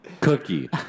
cookie